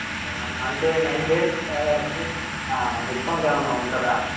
okay ma'am అంటే nine డేస్కి కావాలి డిస్కౌంట్ ఏమైనా ఉంటుందా